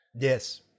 Yes